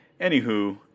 anywho